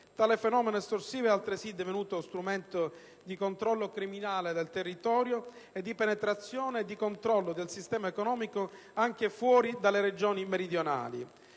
Tale fenomeno estorsivo è altresì divenuto strumento di controllo criminale del territorio e di penetrazione e di controllo del sistema economico anche fuori dalle Regioni meridionali.